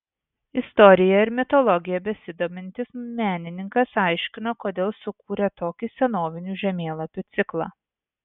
istorija ir mitologija besidomintis menininkas aiškino kodėl sukūrė tokį senovinių žemėlapių ciklą